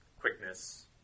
quickness